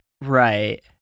Right